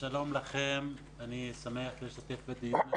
שלום לכם, אני שמח להשתתף בדיון הזה,